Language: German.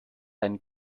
ein